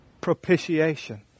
Propitiation